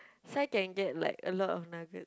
so I can get like a lot of nugget